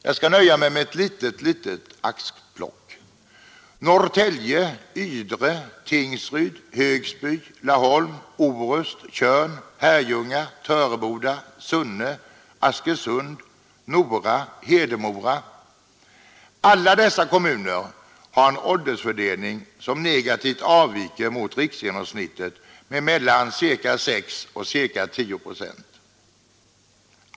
Jag skall nöja mig med ett litet axplock: Norrtälje, Ydre, Tingsryd, Högsby, Laholm, Orust, Tjörn, Herrljunga, Töreboda, Sunne, Askersund, Nora och Hedemora. Alla dessa kommuner har en åldersfördelning som negativt avviker från riksgenomsnittet med mellan ca 6 och ca 10 procent.